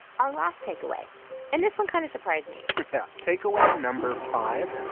our last takeaway and this one kind of surprised me yeah. takeaway number five,